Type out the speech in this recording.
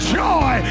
joy